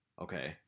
Okay